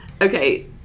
Okay